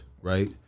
right